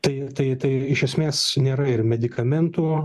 tai tai tai iš esmės nėra ir medikamentų